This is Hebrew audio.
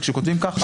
כאשר כותבים כך,